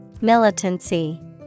Militancy